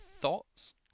thoughts